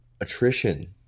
Attrition